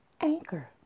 Anchor